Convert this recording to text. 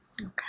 Okay